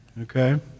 Okay